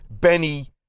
Benny